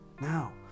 now